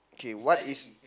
okay what is